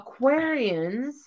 Aquarians